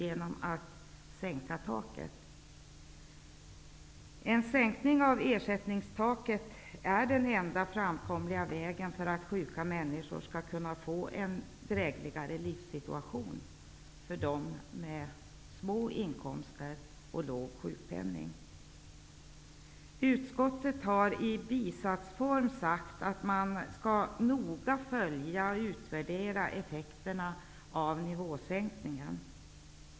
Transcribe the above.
En sänkning av taket på ersättningsnivån är den enda framkomliga vägen för att sjuka människor skall få en drägligare livssituation för dem med låga inkomster och låg sjukpenning. Utskottet har i bisatsform sagt att man skall noga följa och utvärdera effekterna av nivåsänkningen.